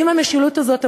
האם המשילות הזאת,